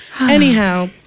Anyhow